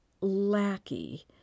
Lackey